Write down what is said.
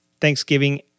Thanksgiving